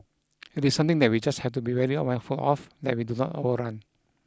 it is something that we just have to be very of that we do not overrun